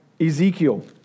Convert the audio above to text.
Ezekiel